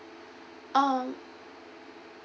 um